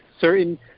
certain